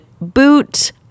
boot